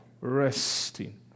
resting